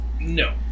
No